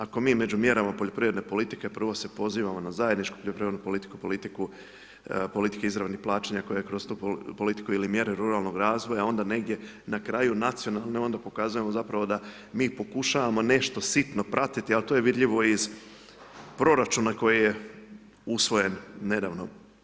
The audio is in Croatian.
Ako mi među mjerama poljoprivredne politike, prvo se pozivamo na zajedničku poljoprivrednu politiku, politiku izravnih plaćanja koja kroz tu politiku ili mjere ruralnog razvoja, onda negdje na kraju nacionalna onda pokazujemo zapravo da mi pokušajmo nešto sitno pratiti, ali to je vidljivo iz proračuna koji je usvojen nedavno.